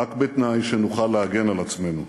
רק בתנאי שנוכל להגן על עצמנו.